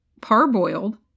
parboiled